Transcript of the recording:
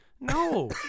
no